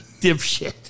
dipshit